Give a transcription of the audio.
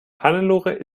hannelore